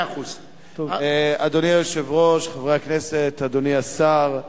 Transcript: אדוני היושב-ראש, חברי הכנסת, אדוני השר,